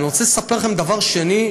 אני רוצה לספר לכם דבר שני,